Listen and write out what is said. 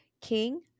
King